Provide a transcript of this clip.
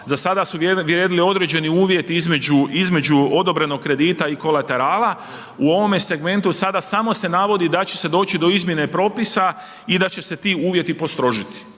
za sada su vrijedili određeni uvjeti između odobrenog kredita i kolaterala, u ovome segmentu sada samo se navodi da će se doći do izmjene propisa i da će se ti uvjeti postrožiti